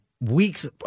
weeks